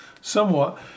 somewhat